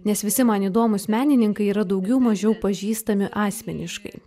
nes visi man įdomūs menininkai yra daugiau mažiau pažįstami asmeniškai